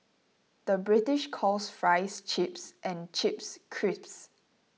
the British calls Fries Chips and Chips Crisps